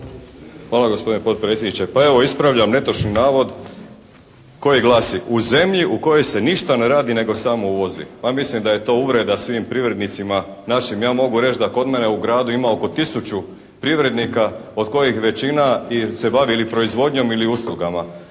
Hvala gospodine potpredsjedniče. Pa evo ispravljam netočni navod koji glas: "U zemlji u kojoj se ništa ne radi nego samo uvozi." Pa mislim da je to uvreda svim privrednicima našim. Ja mogu reći da kod mene u gradu ima oko tisuću privrednika od kojih većina se bavi ili proizvodnjom ili uslugama,